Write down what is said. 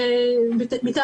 גם את זה צריך להגיד.